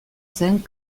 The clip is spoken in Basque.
zen